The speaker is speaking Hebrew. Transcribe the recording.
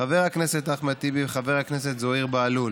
חבר הכנסת אחמד טיבי וחבר הכנסת זוהיר בהלול.